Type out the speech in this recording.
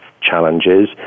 challenges